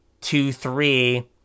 two-three